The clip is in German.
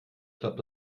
klappt